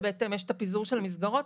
ובהתאם יש את פיזור המסגרות.